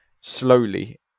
slowly